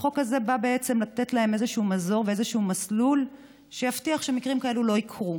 החוק הזה בא לתת להם מזור ואיזשהו מסלול שיבטיח שמקרים כאלה לא יקרו.